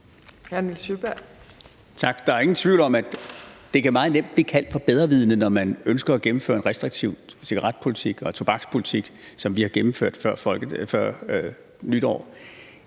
Der er ingen tvivl om, at det meget nemt kan blive kaldt for bedrevidende, når man ønsker at gennemføre en restriktiv cigaretpolitik og tobakspolitik, som vi har gennemført før nytår.